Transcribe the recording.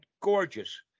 gorgeous